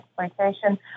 exploitation